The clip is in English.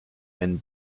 and